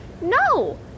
no